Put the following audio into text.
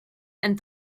and